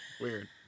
Weird